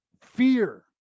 fear